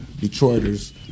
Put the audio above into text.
Detroiters